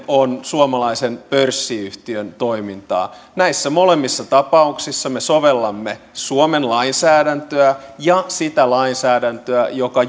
on suomalaisen pörssiyhtiön toiminta näissä molemmissa tapauksissa me sovellamme suomen lainsäädäntöä ja sitä lainsäädäntöä joka